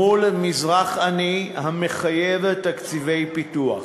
מול מזרח עני המחייב תקציבי פיתוח.